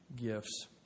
gifts